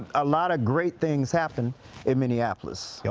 a lot of great things happen in minneapolis. yeah